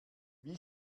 wie